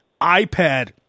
ipad